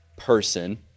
Person